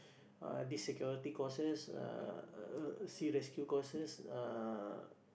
uh these security courses uh sea rescue courses uh